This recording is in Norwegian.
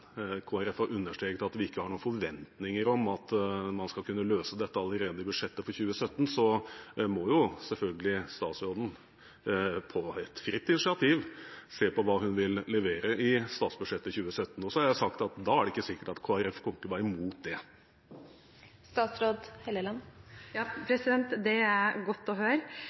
at man skal kunne løse dette allerede i budsjettet for 2017, må selvfølgelig statsråden på fritt initiativ se på hva hun vil levere i statsbudsjettet for 2017. Jeg har sagt at da er det ikke sikkert at Kristelig Folkeparti kommer til å være imot det. Det er godt å høre.